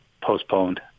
postponed